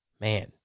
Man